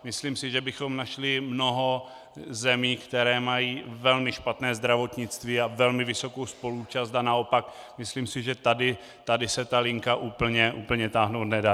Myslím si, že bychom našli mnoho zemí, které mají velmi špatné zdravotnictví a velmi vysokou spoluúčast, a naopak myslím si, že tady se ta linka úplně táhnout nedá.